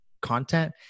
content